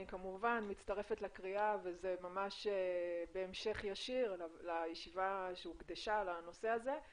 אני כמובן מצטרפת לקריאה וזה בהמשך ישיר לישיבה שהוקדשה לעניין הזה.